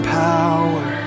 power